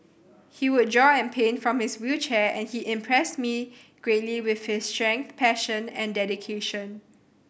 he would draw and paint from his wheelchair and he impressed me greatly with his strength passion and dedication